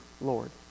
Lord